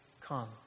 come